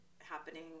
happening